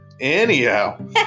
Anyhow